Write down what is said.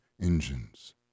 engines